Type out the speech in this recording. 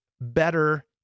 better